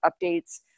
updates